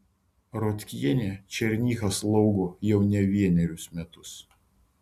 rotkienė černychą slaugo jau ne vienerius metus